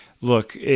Look